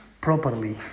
properly